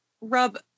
rub